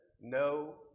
no